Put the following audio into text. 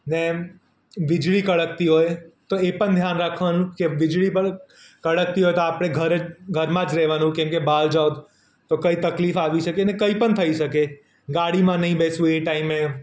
ને વીજળી કડકતી હોય તો એ પણ ધ્યાન રાખવાનું કે વીજળી પણ કડકતી હોય તો આપણે ઘરે ઘરમાં જ રહેવાનું કેમકે બહાર જાઓ તો તો કંઈ તકલીફ આવી શકે કે કંઈપણ થઈ શકે ગાડીમાં નહીં બેસવું એ ટાઇમે